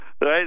right